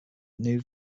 new